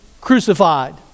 crucified